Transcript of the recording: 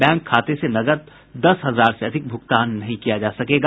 bank खाते से नकद दस हजार से अधिक भूगतान नहीं किया जा सकेगा